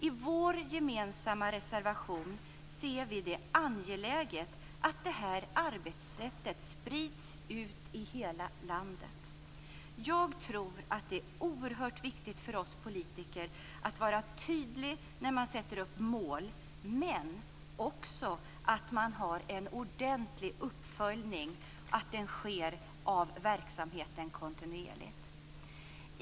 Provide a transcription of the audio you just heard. I vår gemensamma reservation ser vi det som angeläget att detta arbetssätt sprids ut i hela landet. Jag tror att det är oerhört viktigt för oss politiker att vara tydliga när vi sätter upp mål. Men det är också viktigt att en ordentlig uppföljning av verksamheten sker kontinuerligt.